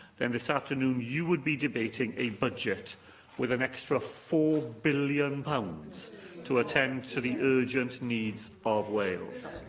then this afternoon, you would be debating a budget with an extra four billion pounds to attend to the urgent needs of wales.